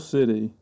City